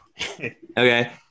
Okay